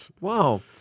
Wow